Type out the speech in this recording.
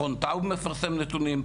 מכון טאוב מפרסם נתונים,